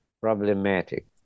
problematic